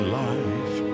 life